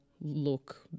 look